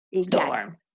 Storm